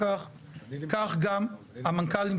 כך גם מנכ״ל על